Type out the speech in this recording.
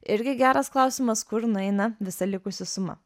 irgi geras klausimas kur nueina visa likusi suma